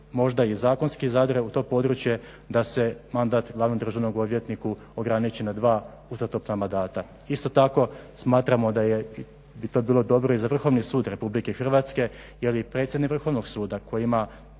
možda i zakonski zadre u to područje, da se mandat Glavnom državnom odvjetniku ograniči na dva uzastopna mandata. Isto tako smatramo da je, i to bi bilo dobro i za Vrhovni sud RH, jer i predsjednik Vrhovnog suda koji ima